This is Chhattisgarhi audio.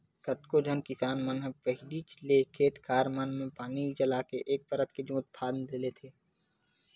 कतको झन किसान मन ह पहिलीच ले खेत खार मन म पानी चलाके एक परत के जोंत फांद लेथे